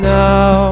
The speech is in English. now